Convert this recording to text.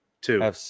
Two